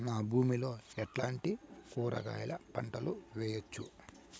నా భూమి లో ఎట్లాంటి కూరగాయల పంటలు వేయవచ్చు?